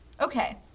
Okay